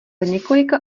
několika